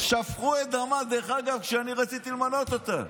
דרך אגב, שפכו את דמה כשאני רציתי למנות אותה,